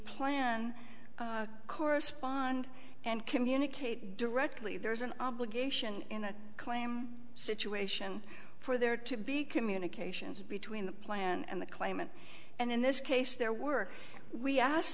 plan correspond and communicate directly there is an obligation in that claim situation for there to be communications between the plan and the claimant and in this case there were we ask